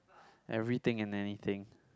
everything and anything